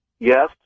Yes